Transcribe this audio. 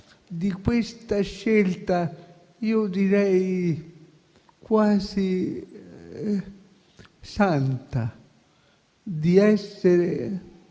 di questa scelta, io direi quasi santa, di essere